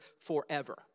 forever